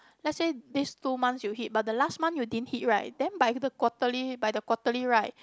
let's say this two months you hit but the last month you didn't hit right then by the quarterly by the quarterly right